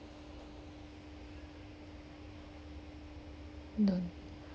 noon